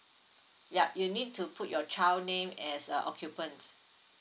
yup you need to put your child name as a occupants